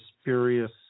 spurious